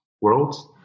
worlds